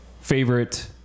favorite